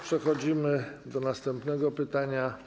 Przechodzimy do następnego pytania.